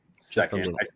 second